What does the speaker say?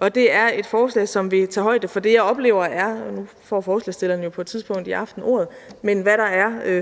bliver et forslag, som vil tage højde for det, jeg oplever er